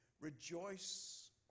Rejoice